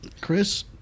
Chris